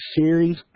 series